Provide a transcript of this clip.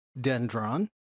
dendron